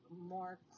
more